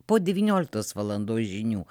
po devynioliktos valandos žinių